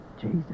Jesus